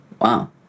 Wow